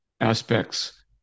aspects